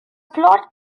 plot